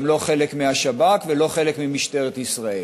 לא חלק מהשב"כ ולא חלק ממשטרת ישראל,